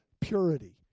purity